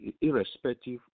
irrespective